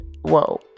whoa